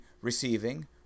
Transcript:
receiving